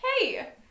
Hey